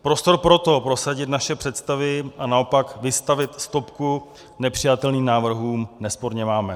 Prostor pro to prosadit naše představy a naopak vystavit stopku nepřijatelným návrhům nesporně máme.